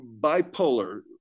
bipolar